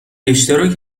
اشتراک